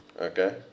Okay